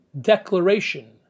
declaration